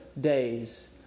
days